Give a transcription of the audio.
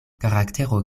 karaktero